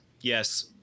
yes